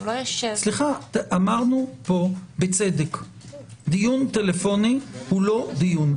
אמרנו פה בצדק - דיון טלפוני אינו דיון.